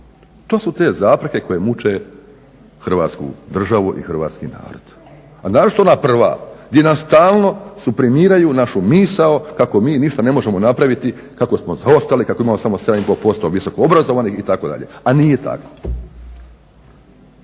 To su te zapreke koje muče Hrvatsku državu i hrvatski narod. A naročito ona prva gdje nam stalno suprimiraju našu misao kako mi ništa ne možemo napraviti, kako smo zaostali, kako imamo samo 7,5% visoko obrazovanih itd. A nije tako!